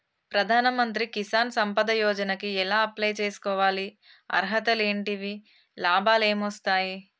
ప్రధాన మంత్రి కిసాన్ సంపద యోజన కి ఎలా అప్లయ్ చేసుకోవాలి? అర్హతలు ఏంటివి? లాభాలు ఏమొస్తాయి?